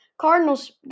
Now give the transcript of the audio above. Cardinals –